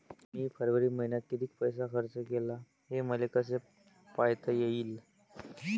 मी फरवरी मईन्यात कितीक पैसा खर्च केला, हे मले कसे पायता येईल?